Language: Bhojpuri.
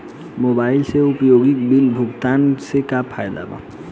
मोबाइल से उपयोगिता बिल भुगतान से का फायदा बा?